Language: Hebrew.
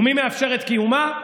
ומי מאפשר את קיומה?